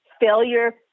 failure